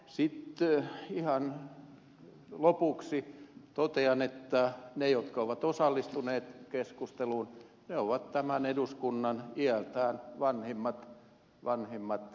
sitten ihan lopuksi totean että ne jotka ovat osallistuneet keskusteluun ovat tämän eduskunnan iältään vanhimmat kansanedustajat